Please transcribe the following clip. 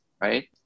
right